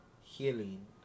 Healing